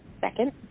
second